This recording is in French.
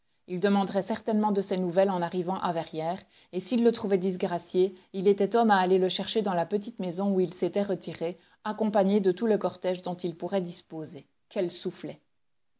il demanderait certainement de ses nouvelles en arrivant à verrières et s'il le trouvait disgracié il était homme à aller le chercher dans la petite maison où il s'était retiré accompagné de tout le cortège dont il pourrait disposer quel soufflet